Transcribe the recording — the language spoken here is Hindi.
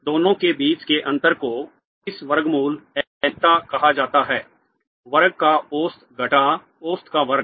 दोनों के बीच के अंतर को इसका वर्गमूल अनिश्चितता कहा जाता है वर्ग का औसत घटा औसत का वर्ग